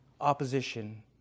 opposition